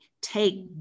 take